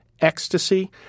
ecstasy